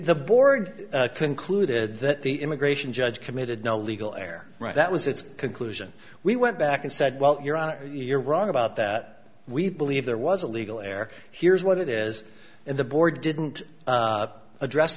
the board concluded that the immigration judge committed no legal heir right that was its conclusion we went back and said well your honor you're wrong about that we believe there was a legal air here's what it is in the board didn't address